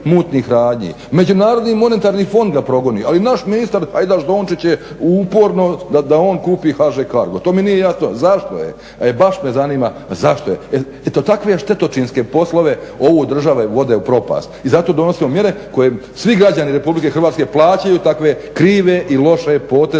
mutnih radnji. MMF ga progoni, ali naš ministar Hajdaš Dončić je uporno da on kupi HŽ Cargo. To mi nije jasno zašto je, e baš me zanima zašto je? Eto takve štetočinske poslove ovu državu vode u propast. I zato donosimo mjere koje svi građani RH plaćaju takve krive i loše poteze